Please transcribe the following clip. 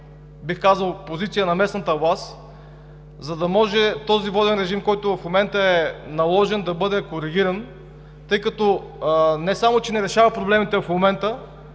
бих казал, позиция на местната власт, за да може този воден режим, който в момента е наложен, да бъде коригиран, тъй като не само че не решава проблемите в момента,